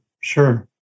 sure